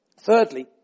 Thirdly